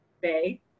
Bay